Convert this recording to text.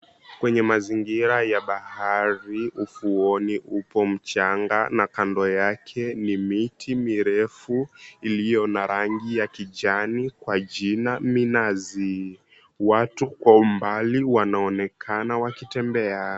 Kwenye mazingira ya bahari. Ufuoni upo mchanga na kando yake ni miti mirefu iliyo na rangi ya kijani kwa jina minazi. Watu kwa umbali wanaonekana wakitembea.